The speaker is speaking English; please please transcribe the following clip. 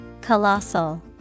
Colossal